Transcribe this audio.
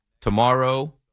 tomorrow